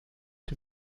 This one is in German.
die